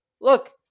look